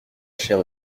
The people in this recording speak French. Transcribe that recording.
chair